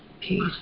peace